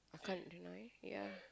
can't deny yeah